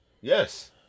Yes